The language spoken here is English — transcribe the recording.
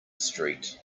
street